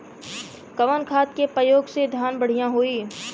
कवन खाद के पयोग से धान बढ़िया होई?